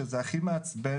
שזה הכי מעצבן,